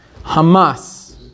Hamas